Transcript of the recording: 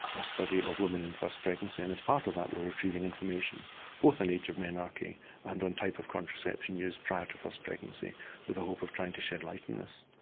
a study of women in first pregnancy, and as part of that we're retrieving information both in age of menarche and on type of contraception used prior to first pregnancy with the hope of trying to shed light on this.